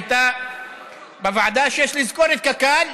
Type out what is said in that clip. הייתה שיש לסגור את קק"ל,